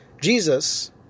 Jesus